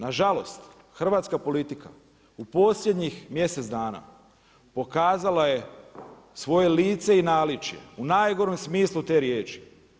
Nažalost, hrvatska politika u posljednjih mjesec dana pokazala je svoje lice i naličje i najgorem smislu te riječi.